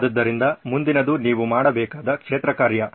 ಆದ್ದರಿಂದ ಮುಂದಿನದು ನೀವು ಮಾಡಬೇಕಾದ ಕ್ಷೇತ್ರಕಾರ್ಯ